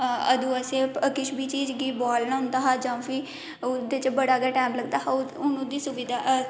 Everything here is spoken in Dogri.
असें किश बी चीज गी बुआलना होंदा जा किश बी उंदे च बड़ा टैंम लगदा हा हून उसदी सुविधा ऐ